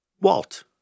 Walt